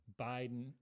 Biden